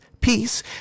Peace